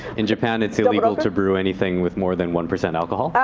in japan it's illegal to brew anything with more than one percent alcohol.